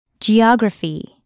Geography